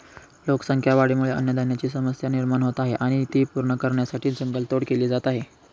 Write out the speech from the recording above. लोकसंख्या वाढीमुळे अन्नधान्याची समस्या निर्माण होत आहे आणि ती पूर्ण करण्यासाठी जंगल तोड केली जात आहे